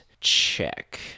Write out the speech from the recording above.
check